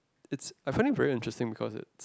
it's I find it very interesting because it